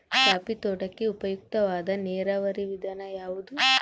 Coffee ತೋಟಕ್ಕೆ ಉಪಯುಕ್ತವಾದ ನೇರಾವರಿ ವಿಧಾನ ಯಾವುದು?